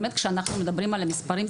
באמת כשאנחנו מדברים על מספרים,